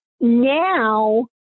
now